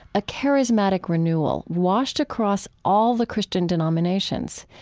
a charismatic renewal washed across all the christian denominations.